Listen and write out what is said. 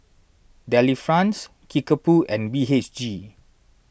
Delifrance Kickapoo and B H G